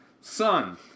Son